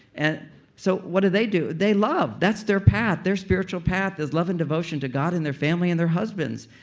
and so what do they do? they love. that's their path their spiritual path is love and devotion to god and their family and their husbands.